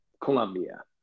Colombia